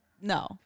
no